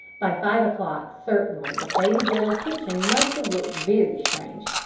by five o'clock certainly the faded yellow kitchen must have looked very strange,